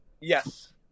Yes